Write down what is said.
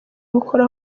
gukora